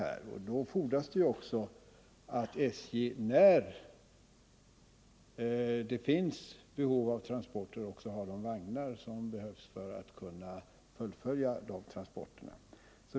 Men då fordras det också att SJ, när det finns behov av transporter, har de vagnar som krävs för att de transporterna skall kunna fullföljas.